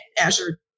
Azure